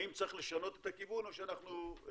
האם צריך לשנות את הכיוון או שאנחנו ממשיכים